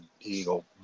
eagle